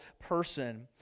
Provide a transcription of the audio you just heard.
person